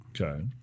Okay